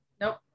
Nope